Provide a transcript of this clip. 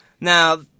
Now